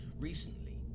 Recently